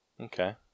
Okay